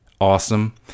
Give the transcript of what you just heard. awesome